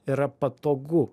yra patogu